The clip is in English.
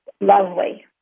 lovely